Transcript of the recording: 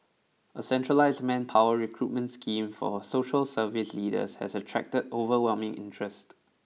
a centralised manpower recruitment scheme for social service leaders has attracted overwhelming interest